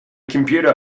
computer